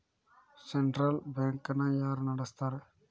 Central bank ನ ಯಾರ್ ನಡಸ್ತಾರ?